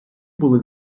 були